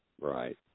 Right